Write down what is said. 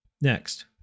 Next